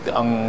ang